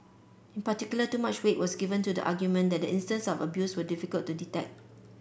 in particular too much weight was given to the argument that the instances of abuse were difficult to detect